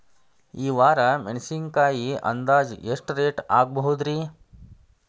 ಈ ವಾರ ಮೆಣಸಿನಕಾಯಿ ಅಂದಾಜ್ ಎಷ್ಟ ರೇಟ್ ಆಗಬಹುದ್ರೇ?